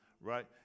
right